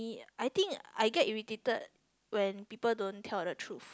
I think I get irritated when people don't tell the truth